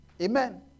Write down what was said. Amen